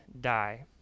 die